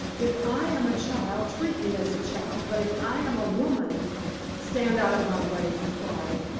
if i am a child, treat me as a child but if i am a woman stand out of my way! he cried,